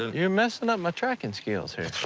you're messing up my tracking skills here.